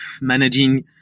managing